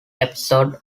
episode